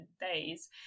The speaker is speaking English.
days